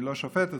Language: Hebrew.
אני לא שופט אתכם,